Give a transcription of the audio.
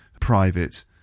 private